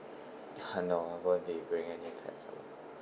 ah no I won't bringing any pets along